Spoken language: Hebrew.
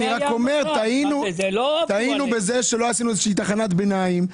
רק אני אומר שטעינו בזה שלא עשינו איזושהי תחנת ביניים.